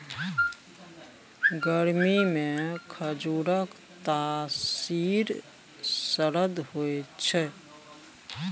गरमीमे खजुरक तासीर सरद होए छै